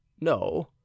no